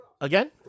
Again